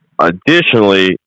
Additionally